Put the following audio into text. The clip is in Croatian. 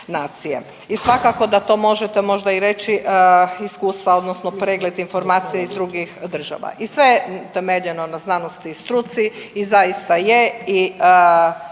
I svakako da to možete možda i reći iz iskustva odnosno pregled informacija iz drugih država i sve je utemeljeno na znanosti i struci i zaista je